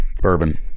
Bourbon